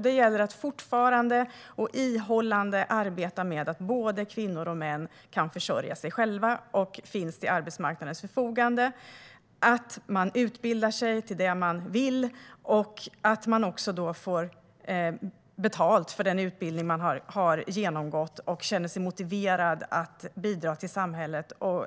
Det gäller att ihållande arbeta för att både kvinnor och män ska kunna försörja sig själva och finnas till arbetsmarknadens förfogande, att man utbildar sig till det man vill och att man också får betalt för den utbildning som man har genomgått och känner sig motiverad att bidra till samhället och